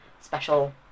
special